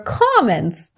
comments